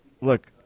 look